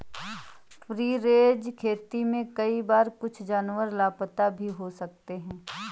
free range खेती में कई बार कुछ जानवर लापता भी हो सकते हैं